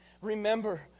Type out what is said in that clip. remember